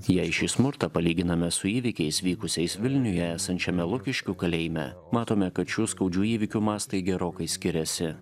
jei šį smurtą palyginame su įvykiais vykusiais vilniuje esančiame lukiškių kalėjime matome kad šių skaudžių įvykių mastai gerokai skiriasi